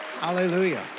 Hallelujah